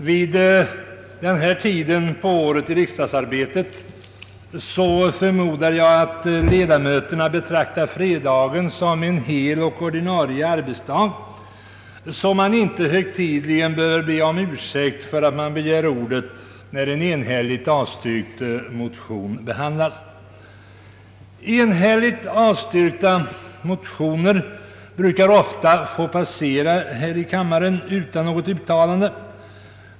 Herr talman! Jag förmodar att ledamöterna vid den här tiden på året under riksdagsarbetet betraktar fredagen som en hel och ordinarie arbetsdag, då man inte högtidligen behöver be om ursäkt för att man begär ordet, när en enhälligt avstyrkt motion behandlas. Enhälligt avstyrkta motioner brukar ofta få passera här i kammaren utan något uttalande.